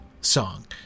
song